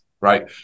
right